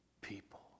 people